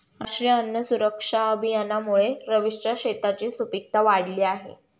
राष्ट्रीय अन्न सुरक्षा अभियानामुळे रवीशच्या शेताची सुपीकता वाढली आहे